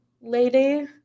lady